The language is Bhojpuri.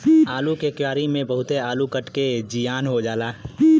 आलू के क्यारी में बहुते आलू कट के जियान हो जाला